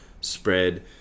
spread